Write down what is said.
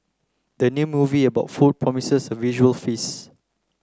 the new movie about food promises a visual feast